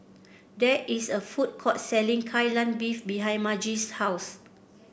there is a food court selling Kai Lan Beef behind Margie's house